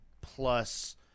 plus